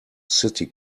city